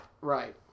Right